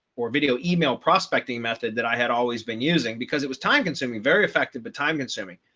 or video email prospecting method that i had always been using, because it was time consuming, very effective, but time consuming.